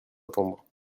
attendre